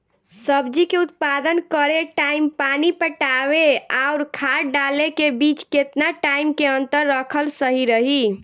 सब्जी के उत्पादन करे टाइम पानी पटावे आउर खाद डाले के बीच केतना टाइम के अंतर रखल सही रही?